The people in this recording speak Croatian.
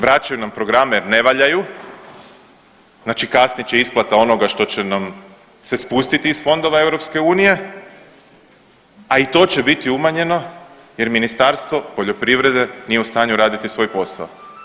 Vraćaju nam programe jer ne valjaju, znači kasnit će isplata onoga što će nam se spustiti iz fondova EU, a i to će biti umanjeno jer Ministarstvo poljoprivrede nije u stanju raditi svoj posao.